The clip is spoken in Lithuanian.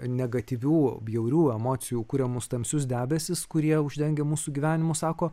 negatyvių bjaurių emocijų kuriamus tamsius debesis kurie uždengia mūsų gyvenimus sako